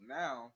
now